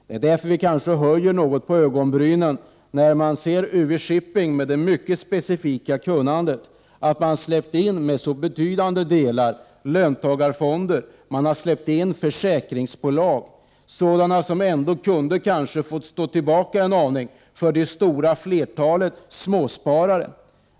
Det är därför vi höjer något på ögonbrynen när vi ser att man i UV-Shipping, där det krävs ett mycket specifikt kunnande, med så betydande andelar har släppt in löntagarfonder och försäkringsbolag. Det är sådana som ändå kunde ha fått stå tillbaka en aning för det stora flertalet småsparare.